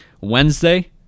Wednesday